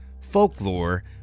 folklore